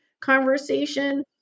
conversation